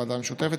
הוועדה המשותפת,